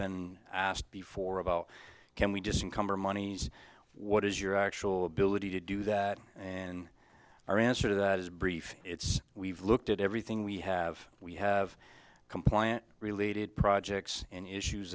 been asked before about can we just income or monies what is your actual ability to do that and our answer to that is brief it's we've looked at everything we have we have compliance related projects and issues